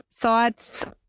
thoughts